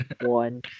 one